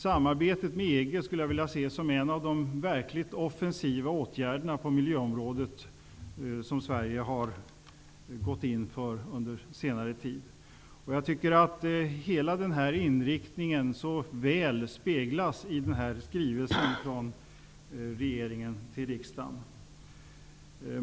Samarbetet med EG skulle jag vilja se som en av de verkligt offensiva åtgärderna på miljöområdet som Sverige har gått in för under senare tid. Jag tycker att hela den inriktningen så väl speglas i skrivelsen från regeringen till riksdagen.